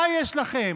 מה יש לכם?